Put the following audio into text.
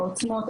העוצמות,